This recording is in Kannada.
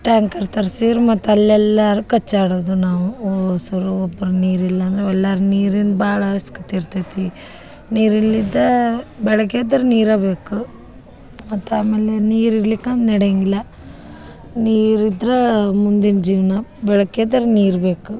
ಟ್ಯಾಂಕರ್ ತರ್ಸಿರೆ ಮತ್ತು ಅಲ್ಲೆಲ್ಲರೂ ಕಚ್ಚಾಡೋದು ನಾವು ಒ ಶುರು ಒಬ್ಬರು ನೀರಿಲ್ಲ ಅಂದ್ರೆ ಎಲ್ಲರೂ ನೀರಿಂದು ಭಾಳ ಅವಸ್ಕತೆ ಇರ್ತೈತಿ ನೀರು ಇಲ್ಲಿದ್ದ ಬೆಳಗ್ಗೆ ಎದ್ರೆ ನೀರು ಬೇಕು ಮತ್ತು ಆಮೇಲೆ ನೀರು ಇರ್ಲಿಕ ನಡೆಯಂಗಿಲ್ಲ ನೀರು ಇದ್ರೆ ಮುಂದಿನ ಜೀವನ ಬೆಳ್ಕ ಎದ್ರೆ ನೀರು ಬೇಕು